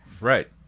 Right